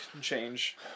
change